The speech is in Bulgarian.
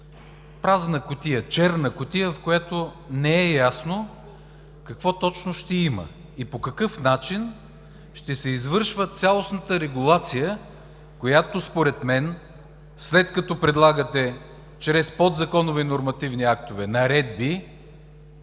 празна кутия, черна кутия, в която не е ясно какво точно ще има и по какъв начин ще се извършва цялостната регулация, която според мен след като предлагате чрез подзаконови нормативни актове – наредби,